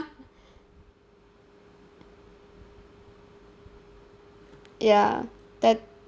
ya that